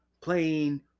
playing